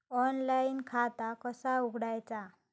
Online खाता कसा उघडायचा?